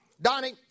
Donnie